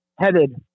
headed